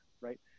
right